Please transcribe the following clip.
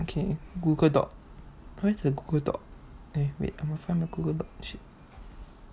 okay google docs where's the google docs I must find my google docs shit